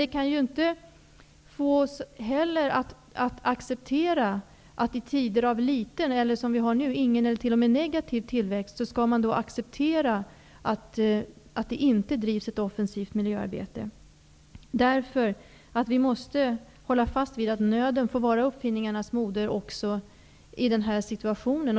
Det kan dock inte få oss att acceptera att man, i tider av liten, ingen eller t.o.m. negativ tillväxt, inte bedriver ett offensivt miljöarbete. Vi måste nämligen hålla fast vid att nöden får vara uppfinningarnas moder, också i den här situationen.